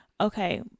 okay